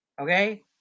okay